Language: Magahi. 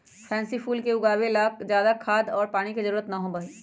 पैन्सी फूल के उगावे ला ज्यादा खाद और पानी के जरूरत ना होबा हई